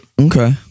Okay